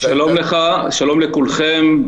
שלום לכולם.